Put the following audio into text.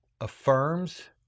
Affirms